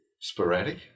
sporadic